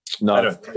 no